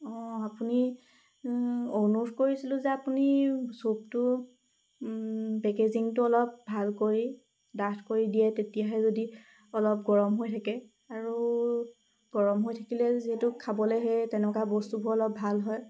অঁ আপুনি অনুৰোধ কৰিছিলোঁ যে আপুনি চুপটোৰ পেকেজিঙটো অলপ ভাল কৰি ডাঠ কৰি দিয়ে তেতিয়াহে যদি অলপ গৰম হৈ থাকে আৰু গৰম হৈ থাকিলে যিহেতু খাবলৈ সেই তেনেকুৱা বস্তুবোৰ অলপ ভাল হয়